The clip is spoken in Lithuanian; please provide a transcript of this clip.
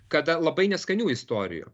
kada labai neskanių istorijų